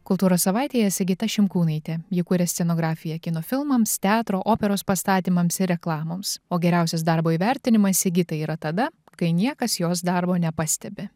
kultūros savaitėje sigita šimkūnaitė ji kuria scenografiją kino filmams teatro operos pastatymams ir reklamoms o geriausias darbo įvertinimas sigitai yra tada kai niekas jos darbo nepastebi